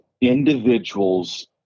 individuals